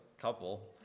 couple